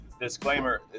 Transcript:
Disclaimer